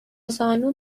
زانو